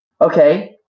okay